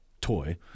toy